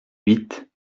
huit